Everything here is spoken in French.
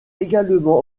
également